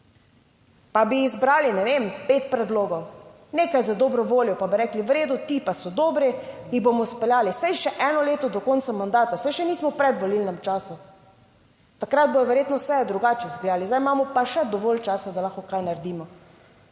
Pa bi izbrali, ne vem, pet predlogov, nekaj za dobro voljo, pa bi rekli, v redu, ti pa so dobri, jih bomo speljali. Saj je še eno leto do konca mandata, saj še nismo v predvolilnem času, takrat bodo verjetno se drugače izgledali, zdaj imamo pa še dovolj časa, da lahko kaj naredimo,